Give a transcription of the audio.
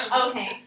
okay